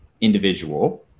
individual